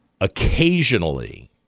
occasionally